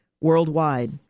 worldwide